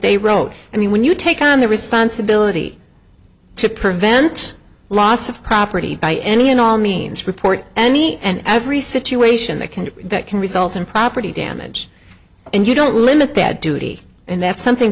they wrote i mean when you take on the responsibility to prevent loss of property by any and all means report any and every situation that can that can result in property damage and you don't limit that duty and that's something